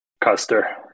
Custer